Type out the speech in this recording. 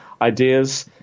ideas